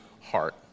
heart